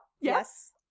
Yes